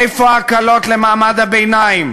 איפה ההקלות למעמד הביניים?